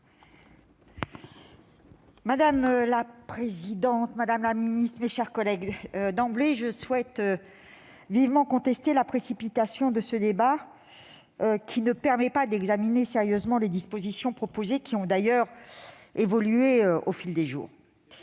Madame la présidente, madame la ministre, mes chers collègues, d'emblée, je souhaite vivement contester la précipitation de ce débat. Celle-ci ne permet pas d'examiner sérieusement les dispositions proposées, qui ont d'ailleurs évolué au fil des jours.